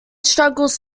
struggles